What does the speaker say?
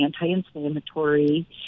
anti-inflammatory